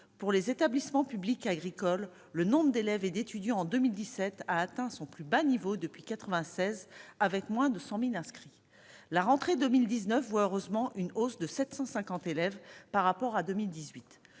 pour les établissements publics agricoles, le nombre d'élèves et d'étudiants en 2017 a atteint son plus bas niveau depuis 96 avec moins de 100000 inscrits, la rentrée 2019 vous heureusement une hausse de 750 élèves par rapport à 2018